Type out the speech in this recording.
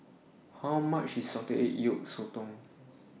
How much IS Salted Egg Yolk Sotong